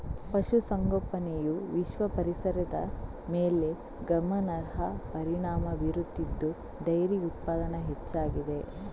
ಪಶು ಸಂಗೋಪನೆಯು ವಿಶ್ವ ಪರಿಸರದ ಮೇಲೆ ಗಮನಾರ್ಹ ಪರಿಣಾಮ ಬೀರುತ್ತಿದ್ದು ಡೈರಿ ಉತ್ಪನ್ನ ಹೆಚ್ಚಾಗಿದೆ